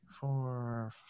four